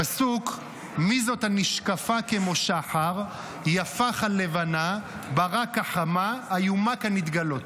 הפסוק: "מי זאת הנשקפה כמו שחר יפה כלבנה ברה כחמה אֲיֻמָּה כנדגלות"